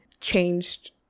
changed